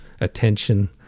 attention